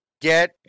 Get